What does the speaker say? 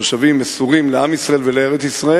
תושבים מסורים לעם ישראל ולארץ-ישראל.